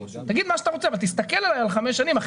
תגיד מה שאתה רוצה אבל תסתכל על חמש השנים כי